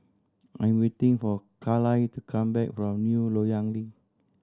I'm waiting for Kyle to come back from New Loyang Link